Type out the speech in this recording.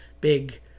big